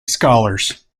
scholars